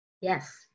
Yes